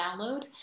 download